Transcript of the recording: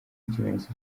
ikimenyetso